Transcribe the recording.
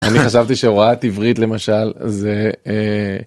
אני חשבתי שהוראת עברית למשל, זה